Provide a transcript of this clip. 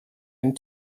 and